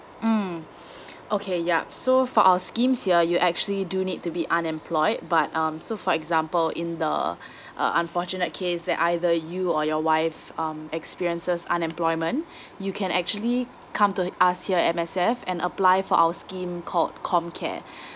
mmhmm okay yup so for our schemes here you actually do need to be unemployed but um so for example in the uh unfortunate case that either you or your wife um experiences unemployment you can actually come to us here M_S_F and apply for our scheme called comcare